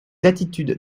attitudes